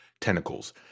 tentacles